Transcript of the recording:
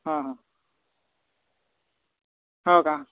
हां हां हो का